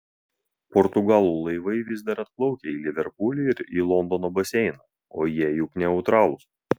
portugalų laivai vis dar atplaukia į liverpulį ir į londono baseiną o jie juk neutralūs